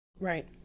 Right